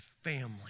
Family